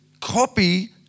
copy